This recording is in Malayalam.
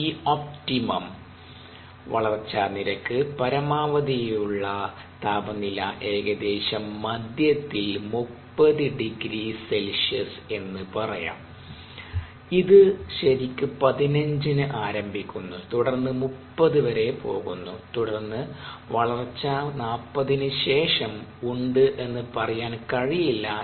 T ഒപ്റ്റിമം വളർച്ചാ നിരക്ക് പരമാവധി യുള്ള താപനില ഏകദേശം മധ്യത്തിൽ 30 ºC എന്ന് പറയാം ഇത് ശരിക്ക്15 ന് ആരംഭിക്കുന്നു തുടർന്ന് 30 വരെ പോകുന്നു തുടർന്ന് വളർച്ച 40നു ശേഷം ഉണ്ട് എന്ന് പറയാൻ കഴിയില്ല